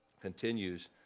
continues